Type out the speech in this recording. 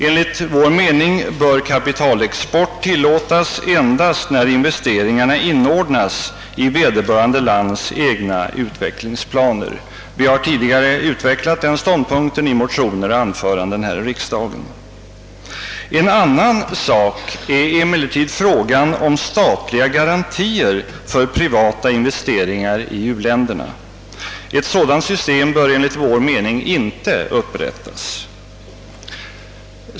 Enligt vår mening bör kapitalexport tillåtas endast när investeringarna inordnas i vederbörande lands egna utvecklingsplaner. Vi har tidigare utvecklat den 'ståndpunkten i motioner och anföranden här i riksdagen. En annan sak är emellertid frågan om statliga garantier för privata investeringar i u-länderna. Ett sådant system bör enligt vår mening inte upprättas.